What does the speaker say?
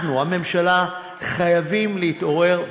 אנחנו, הממשלה, חייבים להתעורר.